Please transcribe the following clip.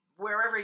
wherever